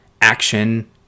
action